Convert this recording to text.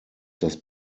das